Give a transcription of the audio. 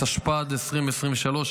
התשפ"ד 2023,